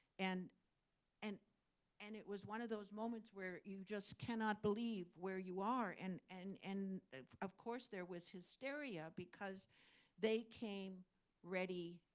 and and and it was one of those moments where you just cannot believe where you are. and, and and of course, there was hysteria. because they came ready